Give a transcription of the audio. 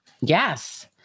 Yes